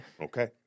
okay